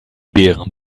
beeren